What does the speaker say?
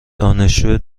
دانشجو